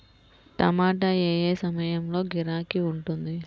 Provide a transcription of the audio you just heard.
టమాటా ఏ ఏ సమయంలో గిరాకీ ఉంటుంది?